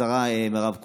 השרה מירב כהן.